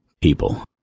People